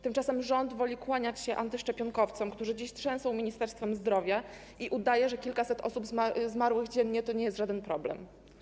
Tymczasem rząd woli kłaniać się antyszczepionkowcom, którzy dziś trzęsą Ministerstwem Zdrowia, i udaje, że kilkaset osób zmarłych dziennie to nie jest żaden problem.